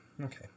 Okay